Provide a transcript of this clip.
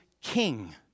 king